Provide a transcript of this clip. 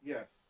Yes